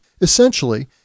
Essentially